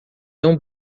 tão